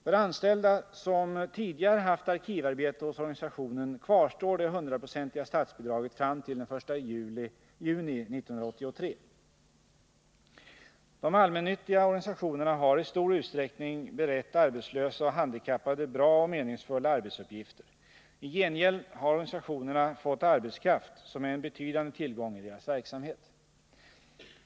För anställda som tidigare haft arkivarbete hos organisationen kvarstår det 100-procentiga statsbidraget fram till den 1 juli 1983. De allmännyttiga organisationerna har i stor utsträckning berett arbetslösa och handikappade bra och meningsfulla arbetsuppgifter. I gengäld har organisationerna fått arbetskraft, som är en betydande tillgång i deras verksamhet.